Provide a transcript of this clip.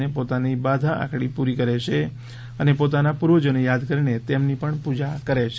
અને પોતાની બાધા આખડી પૂરી કરે છે અને પોતાના પૂર્વજોને યાદ કરીને તેમની પણ પૂજા કરે છે